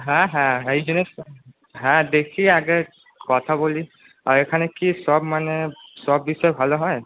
হ্যাঁ হ্যাঁ হ্যাঁ হ্যাঁ দেখছি আগে কথা বলি আর এইখানে কি সব মানে সব বিষয় ভালো হয়